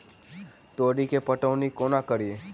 तोरी केँ पटौनी कोना कड़ी?